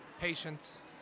patience